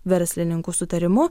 verslininkų sutarimu